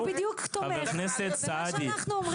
הוא בדיוק תומך במה שאנחנו אומרים.